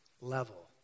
level